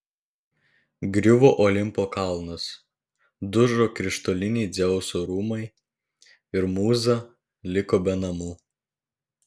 griuvo olimpo kalnas dužo krištoliniai dzeuso rūmai ir mūza liko be namų